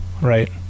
right